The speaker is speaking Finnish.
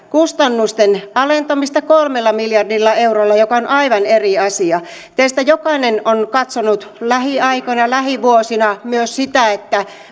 kustannusten alentamista kolmella miljardilla eurolla joka on aivan eri asia teistä jokainen on katsonut lähiaikoina lähivuosina myös sitä